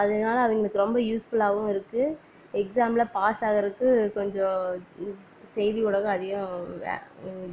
அதனால அவங்களுக்கு ரொம்ப யூஸ்ஃபுல்லாகவும் இருக்குது எக்ஸாமில் பாஸ் ஆகிறக்கு கொஞ்சம் செய்தி ஊடகம் அதிகம் வ